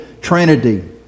trinity